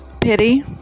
pity